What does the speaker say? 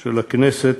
של הכנסת,